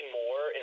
more